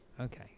Okay